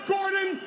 Gordon